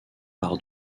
par